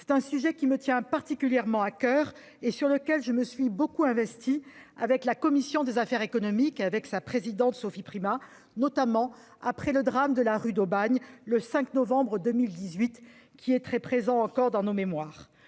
C'est un sujet qui me tient particulièrement à coeur et sur lequel je me suis beaucoup investie, avec la commission des affaires économiques et sa présidente Sophie Primas, notamment après le drame de la rue d'Aubagne, survenu le 5 novembre 2018, très présent encore dans nos mémoires.